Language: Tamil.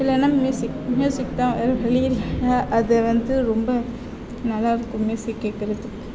இல்லைன்னா மியூசிக் மியூசிக் தான் அது வந்து ரொம்ப நல்லாயிருக்கும் மியூசிக் கேட்கறக்கு